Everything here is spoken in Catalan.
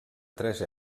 tres